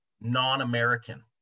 non-American